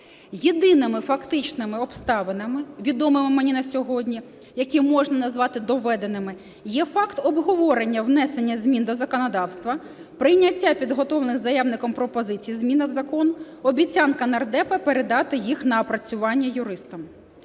Єдиними фактичними обставинами, відомими мені на сьогодні, які можна назвати доведеними, є факт обговорення внесення змін до законодавства, прийняття підготовлених заявником пропозицій, зміна в закон, обіцянка нардепа передати їх на опрацювання юристам.